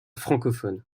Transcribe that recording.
francophone